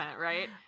right